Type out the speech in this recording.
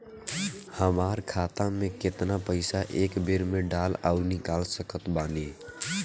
हमार खाता मे केतना पईसा एक बेर मे डाल आऊर निकाल सकत बानी?